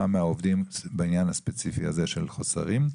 מהעובדים בעניין הספציפי הזה של חוסרים.